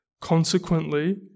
Consequently